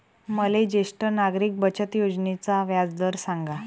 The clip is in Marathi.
मले ज्येष्ठ नागरिक बचत योजनेचा व्याजदर सांगा